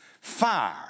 fire